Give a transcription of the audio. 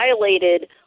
violated